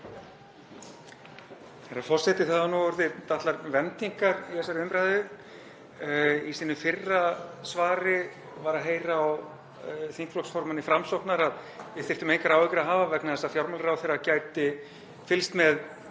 Herra forseti. Það hafa nú orðið dálitlar vendingar í þessari umræðu. Í sínu fyrra svari var að heyra á þingflokksformanni Framsóknar að við þyrftum engar áhyggjur að hafa vegna þess að fjármálaráðherra gæti fylgst með